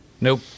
Nope